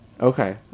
Okay